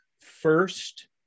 FIRST